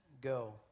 go